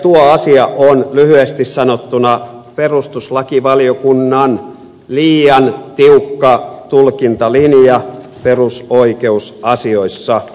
tuo asia on lyhyesti sanottuna perustuslakivaliokunnan liian tiukka tulkintalinja perusoikeusasioissa